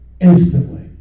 instantly